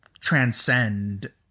transcend